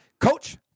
Coach